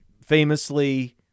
famously